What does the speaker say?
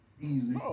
Easy